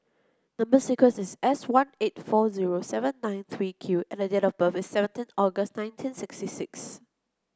number sequence is S one eight four zero seven nine three Q and date of birth is seventeen August nineteen sixty six